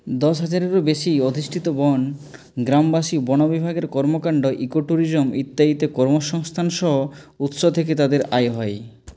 দশ হাজারেরও বেশি অধিষ্ঠিত বন গ্রামবাসী বন বিভাগের কর্মকাণ্ড ইকোট্যুরিজম ইত্যাদিতে কর্মসংস্থান সহ উৎস থেকে তাদের আয় হয়